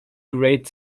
great